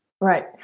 Right